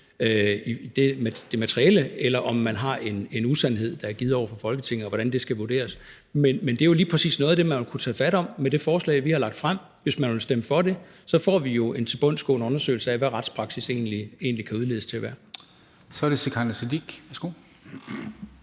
i det materiale, eller om man har en usandhed, der er givet over for Folketinget, og hvordan det skal vurderes, men det er jo lige præcis noget af det, man ville kunne tage fat om med det forslag, vi har lagt frem. Hvis man vil stemme for det, får vi jo en tilbundsgående undersøgelse af, hvad retspraksis egentlig kan udledes til at være. Kl. 13:55 Formanden (Henrik